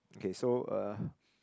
okay so uh